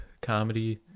comedy